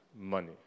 money